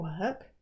work